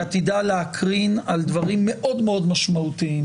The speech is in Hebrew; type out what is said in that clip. היא עתידה להקרין על דברים מאוד מאוד משמעותיים